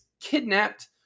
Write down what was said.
kidnapped